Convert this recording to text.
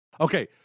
Okay